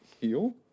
heal